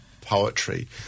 poetry